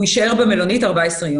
ומשטרת ישראל